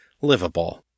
livable